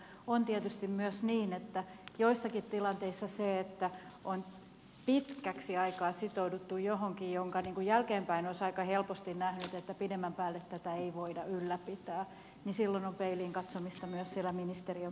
on tietysti myös niin että joissakin tilanteissa kun on pitkäksi aikaa sitouduttu johonkin josta jälkeenpäin olisi aika helposti nähnyt että pidemmän päälle tätä ei voida ylläpitää on peiliin katsomista myös siellä ministeriön puolella